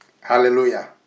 Hallelujah